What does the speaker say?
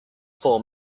four